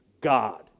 God